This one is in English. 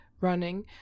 running